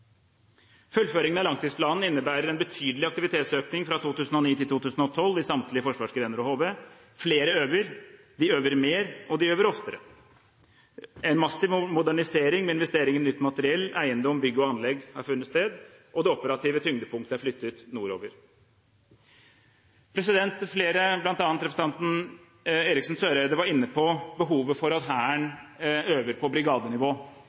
Fullføringen av langtidsplanen innebærer: En betydelig aktivitetsøkning fra 2009 til 2012 i samtlige forsvarsgrener og HV. Flere øver, de øver mer, og de øver oftere. En massiv modernisering med investeringer i nytt materiell, eiendom, bygg og anlegg har funnet sted. Det operative tyngdepunktet er flyttet nordover. Flere, bl.a. representanten Eriksen Søreide, har vært inne på behovet for at Hæren øver på brigadenivå.